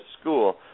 school